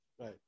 Right